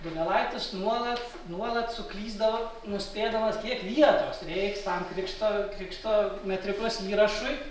donelaitis nuolat nuolat suklysdavo nuspėdamas kiek vietos reiks tam krikšto krikšto metrikos įrašai